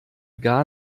gar